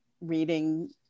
reading